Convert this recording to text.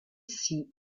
ici